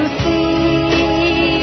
see